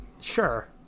sure